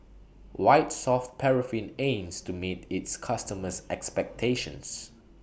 White Soft Paraffin aims to meet its customers' expectations